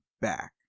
back